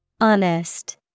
Honest